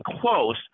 close